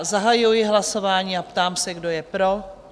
Zahajuji hlasování a ptám se, kdo je pro...